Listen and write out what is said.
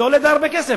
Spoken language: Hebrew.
זה עולה די הרבה כסף.